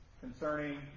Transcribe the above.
concerning